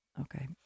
okay